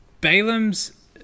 Balaam's